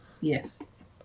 Yes